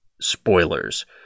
spoilers